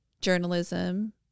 journalism